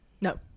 no